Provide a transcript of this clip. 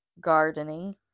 gardening